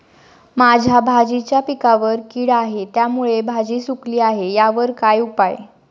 माझ्या भाजीच्या पिकावर कीड आहे त्यामुळे भाजी सुकली आहे यावर काय उपाय?